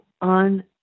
on